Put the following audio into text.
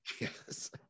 Yes